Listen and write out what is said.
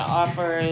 offer